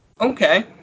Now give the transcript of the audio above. Okay